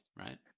right